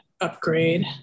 upgrade